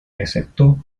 excepto